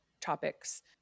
topics